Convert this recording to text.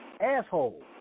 asshole